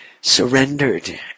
surrendered